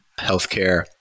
healthcare